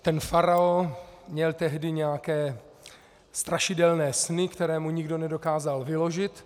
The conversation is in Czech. Ten faraon měl tehdy nějaké strašidelné sny, které mu nikdo nedokázal vyložit.